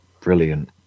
brilliant